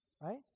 right